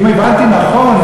אם הבנתי נכון,